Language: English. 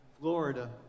Florida